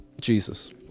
Jesus